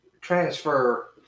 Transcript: transfer